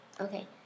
okay